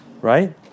right